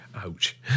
ouch